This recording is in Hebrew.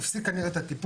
תאמיני לי,